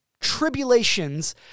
Tribulations